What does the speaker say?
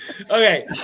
Okay